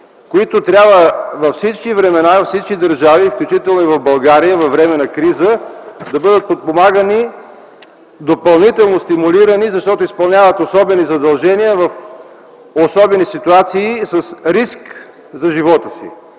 които трябва във всички времена, във всички държави, включително и в България във време на криза, да бъдат подпомагани, допълнително стимулирани, защото изпълняват особени задължения в особени ситуации с риск за живота си.